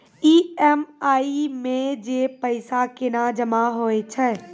EMI मे जे पैसा केना जमा होय छै?